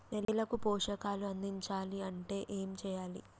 నేలకు పోషకాలు అందించాలి అంటే ఏం చెయ్యాలి?